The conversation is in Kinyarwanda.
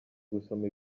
gusoma